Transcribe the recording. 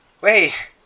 wait